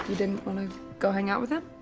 didn't wanna go hang out with him?